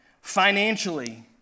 financially